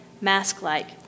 mask-like